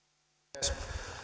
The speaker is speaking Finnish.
arvoisa